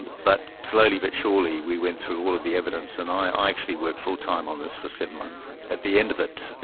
and but slowly but surely we went through all of the evidence, and i actually worked full time on this for seven months. at the end of it,